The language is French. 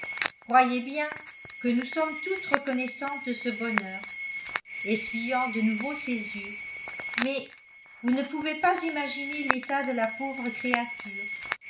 croyez bien que nous sommes toutes reconnaissantes de ce bonheur essuyant de nouveau ses yeux mais vous ne pouvez vous imaginer l'état de la pauvre créature